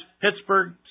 Pittsburgh